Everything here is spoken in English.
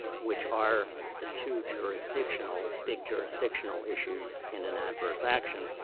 which are the two jurisdictional big jurisdictional issues in an adverse action,